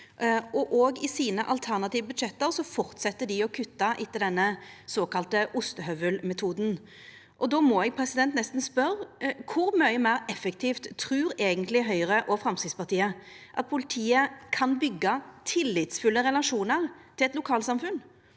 Òg i sine alternative budsjett fortset dei å kutta etter den såkalla ostehøvelmetoden. Då må eg nesten spørja: Kor mykje meir effektivt trur eigentleg Høgre og Framstegspartiet at politiet kan byggja tillitsfulle relasjonar til eit lokalsamfunn?